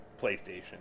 PlayStation